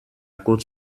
côte